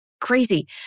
crazy